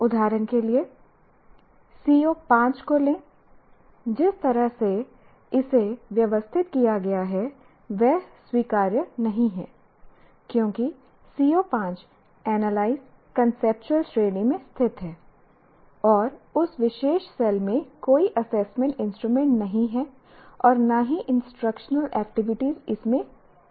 उदाहरण के लिए CO5 को लें जिस तरह से इसे व्यवस्थित किया गया है वह स्वीकार्य नहीं है क्योंकि CO5 एनालाइज कांसेप्चुअल श्रेणी में स्थित है और उस विशेष सेल में कोई एसेसमेंट इंस्ट्रूमेंट नहीं है और न ही इंस्ट्रक्शनल एक्टिविटीज इसमें की जाती हैं